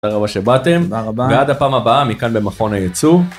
‫תודה רבה שבאתם, ‫ועד הפעם הבאה מכאן במכון הייצוא.